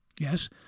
Yes